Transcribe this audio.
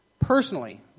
Personally